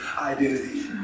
identity